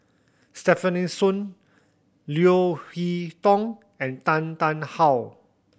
Stefanie Sun Leo Hee Tong and Tan Tarn How